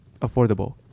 affordable